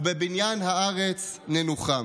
ובבניין הארץ ננוחם.